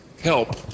help